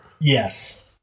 Yes